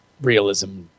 realism